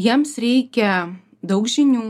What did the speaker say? jiems reikia daug žinių